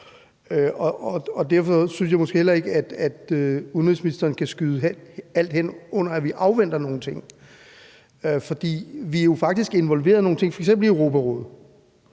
derfor synes jeg måske heller ikke, at udenrigsministeren kan skyde alt hen under, at vi afventer nogle ting. For vi er jo faktisk involveret i nogle ting, f.eks. i Europarådet,